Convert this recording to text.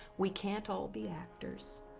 we can't all be actors.